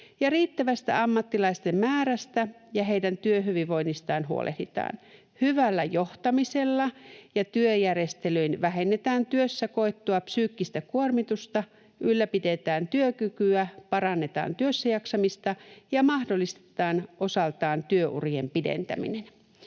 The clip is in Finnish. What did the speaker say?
Riittävästä ammattilaisten määrästä ja heidän työhyvinvoinnistaan huolehditaan. Hyvällä johtamisella ja työjärjestelyin vähennetään työssä koettua psyykkistä kuormitusta, ylläpidetään työkykyä, parannetaan työssä jaksamista ja mahdollistetaan osaltaan työurien pidentäminen.”